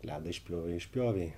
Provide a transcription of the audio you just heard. ledą išpjovei išpjovei